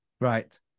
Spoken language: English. Right